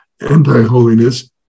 anti-holiness